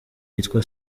yitwa